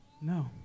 No